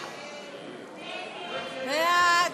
ההסתייגות (6) של קבוצת סיעת יש עתיד לסעיף